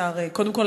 השר: קודם כול,